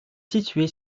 situé